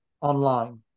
online